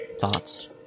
Thoughts